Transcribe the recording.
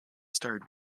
start